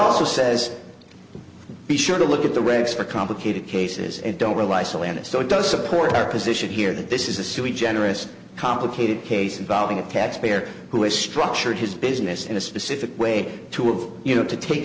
also says be sure to look at the regs for complicated cases and don't rely solely on it so does support our position here that this is a silly generous complicated case involving a taxpayer who is structured his business in a specific way to have you know to take